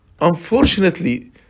Unfortunately